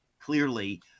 clearly